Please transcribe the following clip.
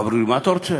אמרו לי: מה אתה רוצה?